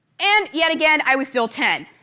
and yet again i was still ten.